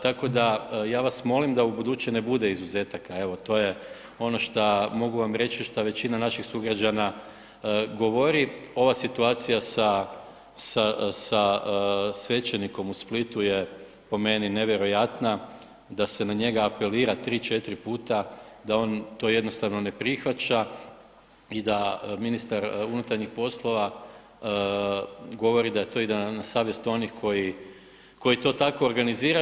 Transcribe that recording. Tako da ja vas molim da ubuduće ne bude izuzetaka, evo to je ono šta mogu vam reći što većina naših sugrađana govori, ova situacija sa svećenikom u Splitu je po meni nevjerojatna, da se na njega apelira 3, 4 puta, da on to jednostavno ne prihvaća i da ministar unutarnjih poslova govori da to ide na savjest onih koji to tako organiziraju.